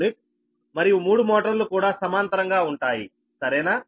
u మరియు మూడు మోటార్లు కూడా సమాంతరంగా ఉంటాయి సరేనా